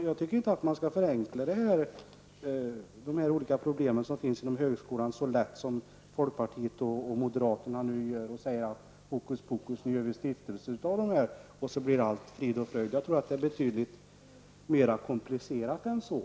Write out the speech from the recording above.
Jag tycker inte man skall förenkla de olika problem som finns kring högskolan på det sätt som folkpartiet och moderaterna gör genom att säga hokus pokus, nu kan vi göra en stiftelse av alltihop och så blir det frid och fröjd. Jag tror det är betydligt mera komplicerat än så.